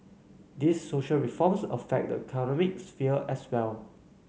these social reforms affect the sphere as well